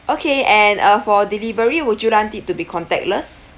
okay and uh for delivery would you want it to be contactless